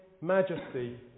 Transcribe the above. majesty